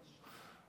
"וּבִכָּשְׁלוֹ".